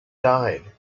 died